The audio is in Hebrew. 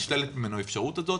נשללת ממנו האפשרות הזאת,